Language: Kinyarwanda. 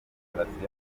demokarasi